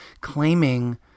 claiming